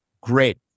Great